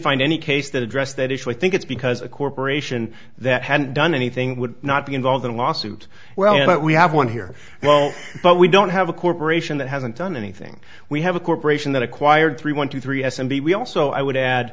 find any case that addressed that issue i think it's because a corporation that hadn't done anything would not be involved in a lawsuit well but we have one here well but we don't have a corporation that hasn't done anything we have a corporation that acquired three one two three s and b we also i would add